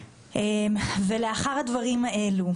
לאחר הדברים האלה,